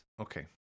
Okay